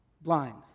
blind